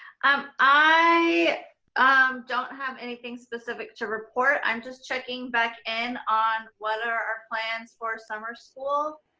um i um don't have anything specific to report. i'm just checking back in on what are our plans for summer school?